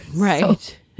Right